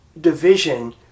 division